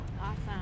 awesome